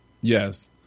Yes